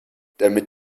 damit